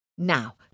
Now